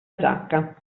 giacca